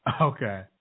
Okay